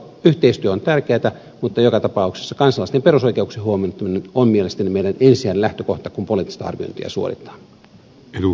yhteistyö on tärkeätä mutta joka tapauksessa kansalaisten perusoikeuksien huomioon ottaminen on mielestäni meidän ensisijainen lähtökohtamme kun poliittista arviointia suoritetaan